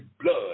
blood